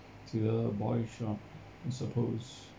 to the body shop I suppose